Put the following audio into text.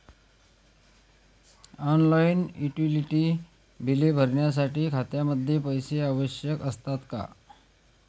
Online utility बिले भरण्यासाठी खात्यामध्ये पैसे आवश्यक असतात का?